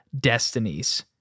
destinies